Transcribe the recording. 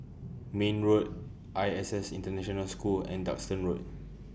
Mayne Road I S S International School and Duxton Road